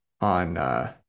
on